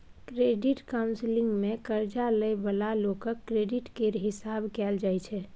credit counselling मे कर्जा लइ बला लोकक क्रेडिट केर हिसाब कएल जाइ छै